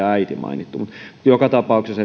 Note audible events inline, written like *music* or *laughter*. *unintelligible* äiti mainittu mutta joka tapauksessa *unintelligible*